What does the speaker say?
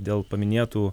dėl paminėtų